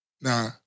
Nah